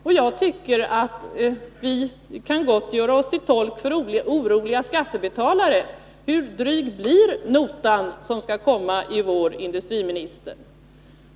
Jag tycker att vi gott kan göra oss till tolk för oroliga skattebetalare. Hur dryg blir notan som kommer i vår, herr industriminister?